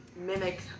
mimic